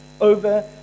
over